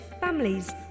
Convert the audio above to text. families